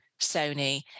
Sony